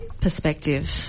perspective